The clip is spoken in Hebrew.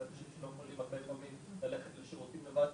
שאלו אנשים שלא יכולים ללכת לשירותים לבד,